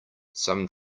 some